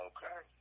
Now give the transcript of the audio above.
Okay